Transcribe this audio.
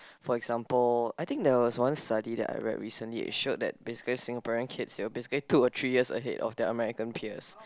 for example I think there was one study that I read recently it showed that basically Singaporean kids they were basically two or three years ahead of their American peers